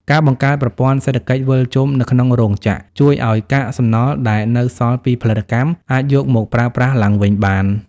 ការបង្កើតប្រព័ន្ធសេដ្ឋកិច្ចវិលជុំ នៅក្នុងរោងចក្រ ជួយឱ្យកាកសំណល់ដែលនៅសល់ពីផលិតកម្ម អាចយកមកប្រើប្រាស់ឡើងវិញបាន។